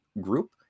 group